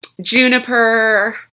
Juniper